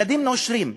ילדים נושרים,